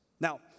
Now